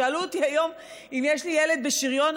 שאלו אותו היום אם יש לי ילד בשריון,